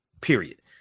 period